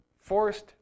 forced